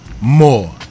more